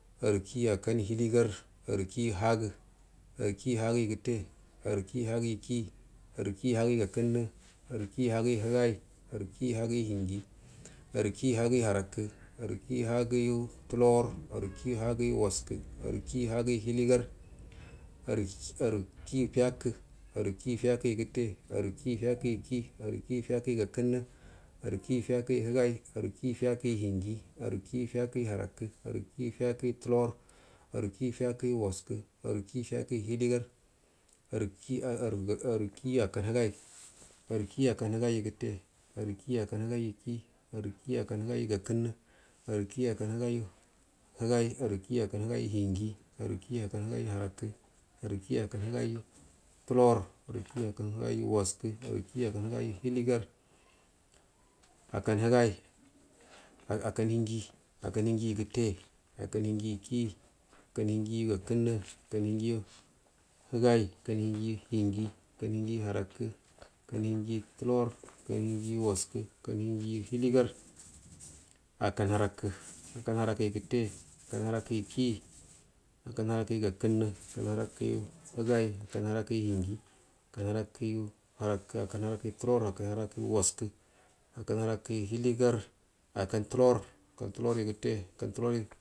Arukiyu akkanyu hiligar arukiya hagə arukiy hagəyu gətte arukiyu hagəyu ki arukiyu hagəyu gakənnu arukiyu hagəyu higai arukiyo hagəyu hinji ankiyu hagəyu harakə arukiyu hagəyu tubor arukiyu hagəyu waskə arukiyu hagəyu hiligar arukiyu fiyakə arukiyu fiyakəyu gətte anukiyu fiyaku kii arukiyu fiyakəgu gakənnə arukiyu fiyakəyu higai anikiya fiyakəyu hinji arukigu fiyakəyu harakə arukiya fiyakəyu tulor arukiyu fiyakəyu waskə arukiyu fiyakəyu hiligar arukiyu akkan hingai arukiya akkan higaiyu gətte arukiyu akkau higaiyu kii arukiyu akau higagu gakənnə anikiyu akan higaiyu higar arukiyu akkan higaiyu hinji arukiyu allhigaiyu harakə arukiyu akkan higaiyu tulor arukiyu akkau higaiyu waskə arukiya akkan higaiyu hiligar arukiyu akkan hinji arukiyu akkau hinjiya gətte arukiyu akkan hinjiyu kii arukiyu akan hinjiyu gakənnə arukiyu akkan hinjiyu higai arukiyu akkan hinjiyu hinji aruki yu akkan hingiyu harakə arukiyu akan hinjiyu tulor arukiyu akkan hirgya waskə arukiyu akkan hirjiyu hitigar arukiyu akkau harakə akkan harakəyu gakənnə akkan harakəyu higai akkar harakyu hingi akkan harakəyu harakə akkau harakəyu tulor akkan harakəyu waskə akkau harakəyu hiligar akkan tulor akkan tulor yu gutte akkan tularyu.